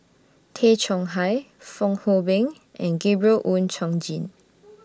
Tay Chong Hai Fong Hoe Beng and Gabriel Oon Chong Jin